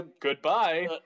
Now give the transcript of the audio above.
Goodbye